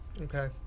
Okay